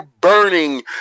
burning